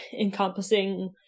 encompassing